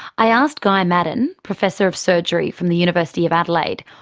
i asked guy maddern, professor of surgery from the university of adelaide,